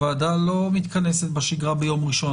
הוועדה לא מתכנסת בשגרה ביום ראשון.